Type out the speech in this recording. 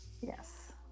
yes